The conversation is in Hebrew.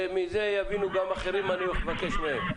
מזה יבינו גם אחרים מה אני הולך לבקש מהם.